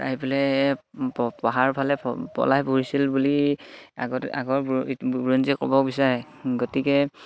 আহি পেলে পাহাৰৰ ফালে পলাই ফুৰিছিল বুলি আগতে আগৰ বু বুৰঞ্জী ক'ব বিচাৰে গতিকে